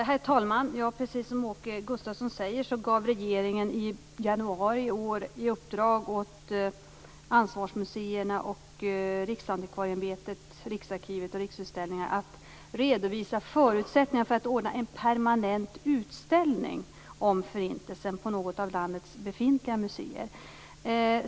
Herr talman! Precis som Åke Gustavsson säger gav regeringen i januari i år i uppdrag åt ansvarsmuseerna, Riksantikvarieämbetet, Riksarkivet och Riksutställningar att redovisa förutsättningar för att ordna en permanent utställning om Förintelsen på något av landets befintliga museer.